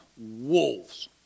wolves